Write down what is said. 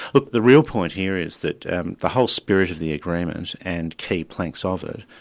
look, the real point here is that the whole spirit of the agreement and key planks ah of it,